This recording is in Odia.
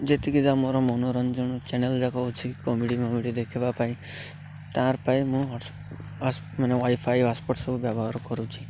ଯେତିକି ତା ମୋର ମନୋରଞ୍ଜନ ଚ୍ୟାନେଲ ଯାକ ଅଛି କମେଡ଼ି ଫମେଡ଼ି ଦେଖେଇବା ପାଇଁ ତାର ପାଇଁ ମୁଁ ମାନେ ୱାଇଫାଇ ହଟ୍ସ୍ପଟ୍ ସବୁ ବ୍ୟବହାର କରୁଛି